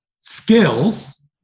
skills